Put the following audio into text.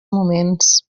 moments